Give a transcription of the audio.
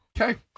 okay